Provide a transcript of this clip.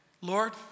Lord